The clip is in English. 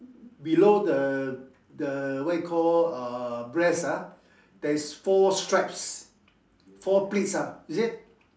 below the the what you call uh breast ah there's four stripes four pleats ah is it